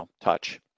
touch